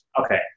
Okay